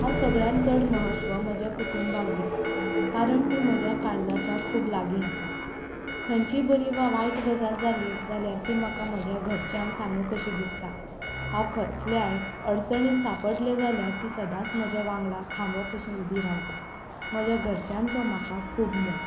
हांव सगळ्यान चड म्हत्व म्हज्या कुटुंबाक दिता कारण ती म्हज्या काळजाच्या खूब लागीं आसात खंयची बरी वा वायट गजाल जाली ती म्हाका म्हज्या गरच्यांक सांगूं कशी दिसता हांव कसलेय आयज अडचणीक सांपडलें जाल्यार तीं सदांच म्हज्या फाटल्यान खांबो कशी उबी रावतात म्हज्या घरच्यांचो म्हाका खूब मोग